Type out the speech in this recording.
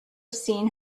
seen